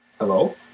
Hello